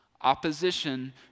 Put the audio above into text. opposition